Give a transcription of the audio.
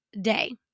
day